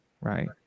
Right